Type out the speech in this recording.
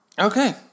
Okay